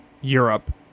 Europe